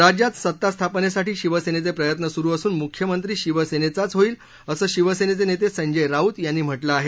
राज्यात सता स्थापनेसाठी शिवसेनेचे प्रयत्न सुरु असून मूख्यमंत्री शिवसेनेचाच होईल असं शिवसेनेचे नेते संजय राऊत यांनी म्हटलं आहे